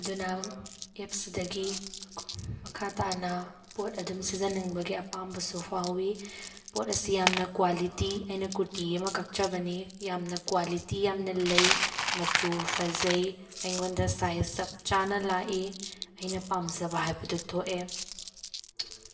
ꯑꯗꯨꯅ ꯑꯦꯞꯁꯤꯗꯒꯤ ꯃꯈꯥ ꯇꯥꯅ ꯄꯣꯠ ꯑꯗꯨꯝ ꯁꯤꯖꯤꯟꯅꯅꯤꯡꯕꯒꯤ ꯑꯄꯥꯝꯕꯁꯨ ꯐꯥꯎꯋꯤ ꯄꯣꯠ ꯑꯁꯤ ꯌꯥꯝꯅ ꯀ꯭ꯋꯥꯂꯤꯇꯤ ꯑꯩꯅ ꯀꯨꯔꯇꯤ ꯑꯃ ꯀꯛꯆꯕꯅꯤ ꯌꯥꯝꯅ ꯀ꯭ꯋꯥꯂꯤꯇꯤ ꯌꯥꯝꯅ ꯂꯩ ꯃꯆꯨ ꯐꯖꯩ ꯑꯩꯉꯣꯟꯗ ꯁꯥꯏꯖ ꯆꯞ ꯆꯥꯅ ꯂꯥꯛꯏ ꯑꯩꯅ ꯄꯥꯝꯖꯕ ꯍꯥꯏꯕꯗꯨ ꯊꯣꯛꯑꯦ